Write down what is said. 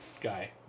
guy